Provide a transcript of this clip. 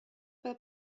per